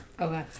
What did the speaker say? Okay